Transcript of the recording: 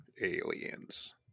Aliens